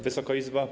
Wysoka Izbo!